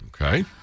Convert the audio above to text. Okay